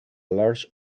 large